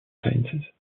sciences